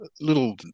little